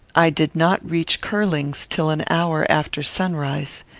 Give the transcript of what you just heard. i did not reach curling's till an hour after sunrise.